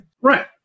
Right